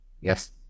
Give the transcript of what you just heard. Yes